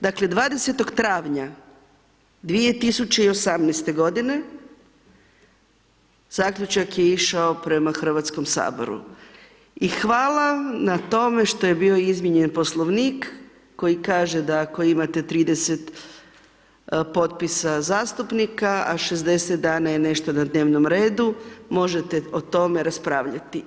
Dakle, 20. travnja 2018. godine, zaključak je išao prema Hrvatskom saboru, i hvala na tome što je bio izmijenjen Poslovnik koji kaže, da ako imate 30 potpisa zastupnika, a 60 dana je nešto na dnevnom redu, možete o tome raspravljati.